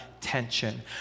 tension